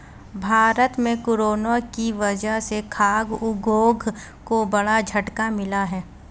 भारत में कोरोना की वजह से खाघ उद्योग को बड़ा झटका मिला है